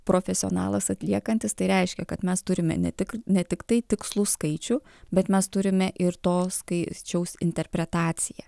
profesionalas atliekantis tai reiškia kad mes turime ne tik ne tiktai tikslų skaičių bet mes turime ir to skaičiaus interpretaciją